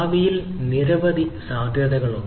ഭാവിയിൽ നിരവധി സാധ്യതകളുണ്ട്